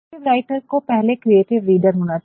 creative writer को पहले creative reader होना चाहिए